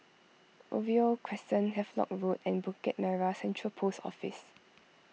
Oriole Crescent Havelock Road and Bukit Merah Central Post Office